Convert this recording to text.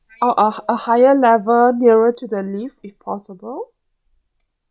oh a a higher level nearer to the lift if possible